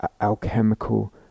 alchemical